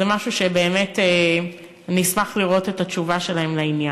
זה משהו שבאמת אני אשמח לראות את התשובה שלהם עליו.